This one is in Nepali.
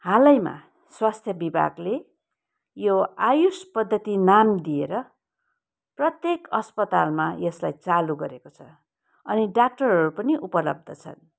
हालैमा स्वास्थ्य विभागले यो आयुष पद्धति नाम दिएर प्रत्येक अस्पतालमा यसलाई चालु गरेको छ अनि डाक्टरहरू पनि उपलब्छ छन्